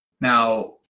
now